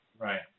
right